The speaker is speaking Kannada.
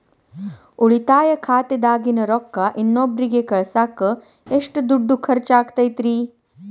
ಉಳಿತಾಯ ಖಾತೆದಾಗಿನ ರೊಕ್ಕ ಇನ್ನೊಬ್ಬರಿಗ ಕಳಸಾಕ್ ಎಷ್ಟ ದುಡ್ಡು ಖರ್ಚ ಆಗ್ತೈತ್ರಿ?